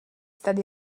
tady